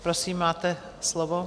Prosím, máte slovo.